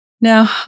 Now